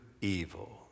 evil